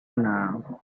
now